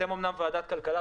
אתם ועדת הכלכלה,